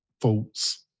faults